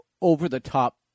over-the-top